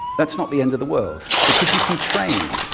that's not the end of the world, because you can train.